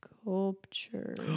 sculpture